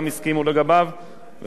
והבאנו, אני חושב, תוצאה טובה לעם ישראל.